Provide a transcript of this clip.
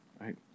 right